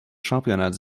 championnats